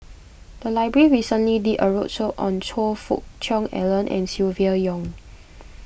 the library recently did a roadshow on Choe Fook Cheong Alan and Silvia Yong